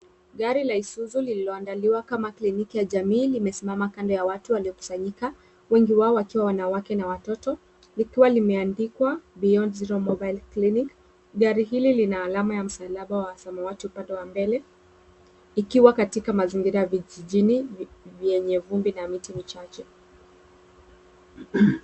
Gari la Issuzu lililoandaliwa kama kliniki ya jamii limesimama kando ya watu waliokusanyika, wengi wao wakiwa wanawake na watoto likiwa limeandikwa Beyond Zero Mobile Clinic . Gari hili lina alama ya msalaba wa samawati upande wa mbele ikiwa katika mazingira ya vijijini vyenye vumbi na miti michache.